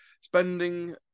spending